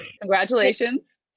congratulations